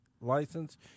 license